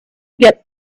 get